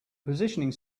positioning